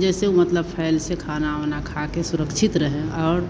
जैसे ऊ मतलब फ़ैल से खाना ऊना खा कर सुरक्षित रहे और